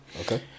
Okay